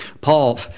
Paul